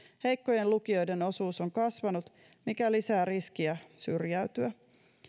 heikkojen lukijoiden osuus on kasvanut mikä lisää riskiä syrjäytyä